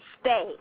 stay